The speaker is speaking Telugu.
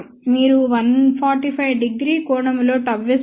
మీరు 145 º కోణములో ΓS చూడగలరు